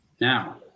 now